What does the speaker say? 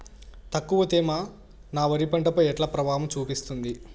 తక్కువ తేమ నా వరి పంట పై ఎట్లా ప్రభావం చూపిస్తుంది?